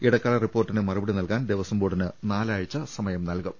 ഇടക്കാല റിപ്പോർട്ടിന് മറുപടി നൽകാൻ ദേവസ്വം ബോർഡിന് നാലാഴ്ച സമയം നൽകും